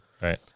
Right